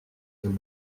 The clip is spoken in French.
qu’un